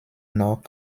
noch